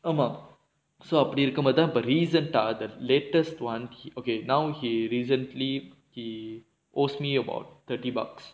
ஆமா:aamaa so அப்படி இருக்க மோதுதான் இப்ப:appadi irukka mothuthaan ippa recent one okay now he recently he owes me about thirty bucks